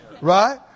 Right